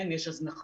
כן, יש הזנחה.